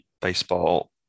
baseball